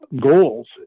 goals